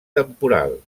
temporal